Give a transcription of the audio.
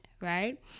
right